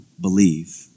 believe